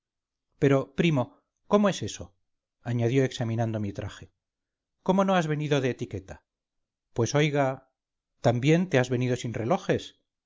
pero primo cómo es eso añadió examinando mi traje cómo no has venido de etiqueta pues oiga también te has venido sin relojes